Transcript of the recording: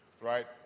right